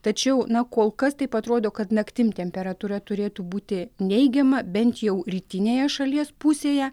tačiau na kol kas taip atrodo kad naktim temperatūra turėtų būti neigiama bent jau rytinėje šalies pusėje